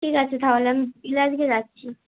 ঠিক আছে তাহলে আমি বিকেলে আজকে যাচ্ছি